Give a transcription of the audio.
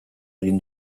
egin